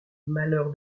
malheur